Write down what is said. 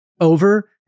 over